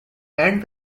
and